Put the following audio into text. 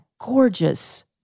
gorgeous